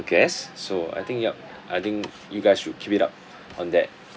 guests so I think yup I think you guys should keep it up on that